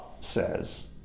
says